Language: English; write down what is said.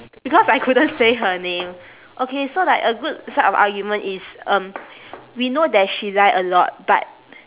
because I couldn't say her name okay so like a good side of argument is um we know that she lie a lot but